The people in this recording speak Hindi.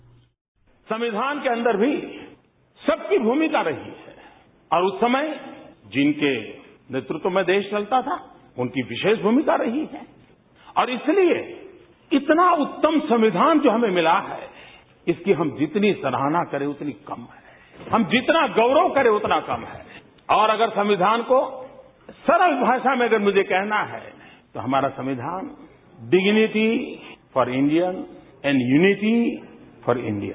साउंड बाईट संविधान के अंदर भी सबकी भूमिका रही है और उस समय जिनके नेतृत्व में देश चलता था उनकी विशेष भूमिका रही है और इसलिए इतना उत्तम संविधान जो हमें मिला हैं इसकी हम जितनी सराहना करें उतनी कम है हम जितना गौरव करें उतना कम हैं और अगर संविधान को सरल भाषा में अगर मुझे कहना है तो हमारा संविधान dignity for Indian and unity for India